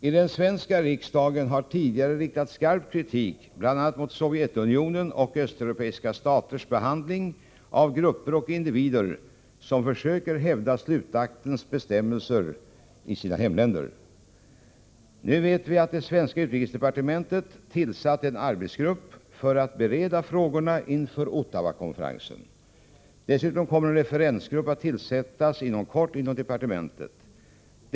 I den svenska riksdagen har tidigare riktats skarp kritik bl.a. mot Sovjetunionens och östeuropeiska staters behandling av grupper och individer som försöker hävda slutaktens bestämmelser i sina hemländer. Nu vet vi att det svenska utrikesdepartementet tillsatt en arbetsgrupp för att bereda frågorna inför Ottawakonferensen. Dessutom kommer en referensgrupp att tillsättas inom kort inom departementet som också skall ägna sig åt dessa frågor.